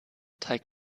teig